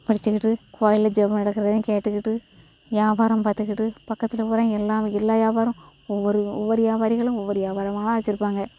படிச்சுகிட்டு கோவிலில் ஜெபம் நடக்கிறதையும் கேட்டுகிட்டு வியாபாரம் பார்த்துகிட்டு பக்கத்தில் பூரா எல்லா எல்லா வியாபாரமும் ஒவ்வொரு ஒவ்வொரு வியாபாரிகளும் ஒவ்வொரு வியாபாரமா வெச்சுருப்பாங்க